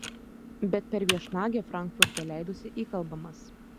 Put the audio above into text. bet per viešnagę frankfurte leidosi įkalbamas